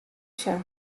sjen